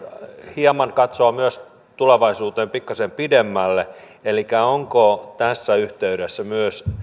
hieman katsoa myös tulevaisuuteen pikkasen pidemmälle elikkä onko tässä yhteydessä myös